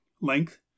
Length